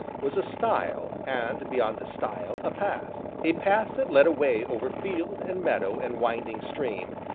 was a stile, and beyond the stile, a path a path that led away over field, and meadow, and winding stream,